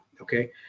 Okay